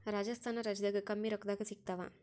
ರಾಜಸ್ಥಾನ ರಾಜ್ಯದಾಗ ಕಮ್ಮಿ ರೊಕ್ಕದಾಗ ಸಿಗತ್ತಾವಾ?